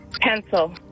Pencil